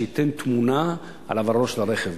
שייתן תמונה על עברו של הרכב,